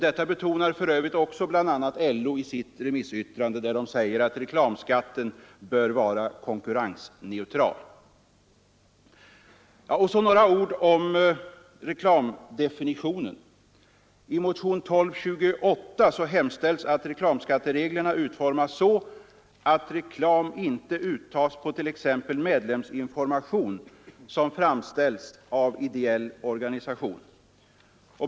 Detta betonar för övrigt också bl.a. LO i sitt remissyttrande, där det sägs: ”Reklamskatten bör vara konkurrensneutral.” Så några ord om reklamdefinitionen. I motionen 1228 hemställs att reklamskattereglerna utformas så, att reklamskatt inte uttas på t.ex. medlemsinformation som framställs av ideell organisation.